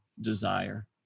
desire